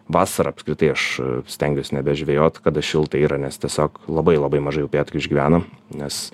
vasarą apskritai aš stengiuos nebežvejot kada šilta yra nes tiesiog labai labai mažai upėtakių išgyvena nes